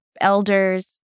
elders